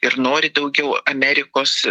ir nori daugiau amerikos